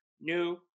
new